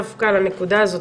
דווקא על הנקודה הזאתי,